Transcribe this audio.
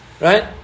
Right